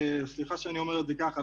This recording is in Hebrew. סליחה שאני אומר את זה ככה,